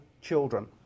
children